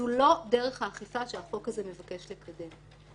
זאת לא דרך האכיפה שהחוק הזה מבקש לקדם.